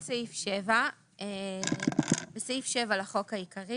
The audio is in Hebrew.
תיקון סעיף 7 6. בסעיף 7 לחוק העיקרי